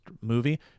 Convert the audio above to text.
movie